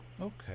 Okay